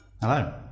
Hello